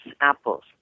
apples